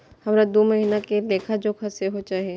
हमरा दूय महीना के लेखा जोखा सेहो चाही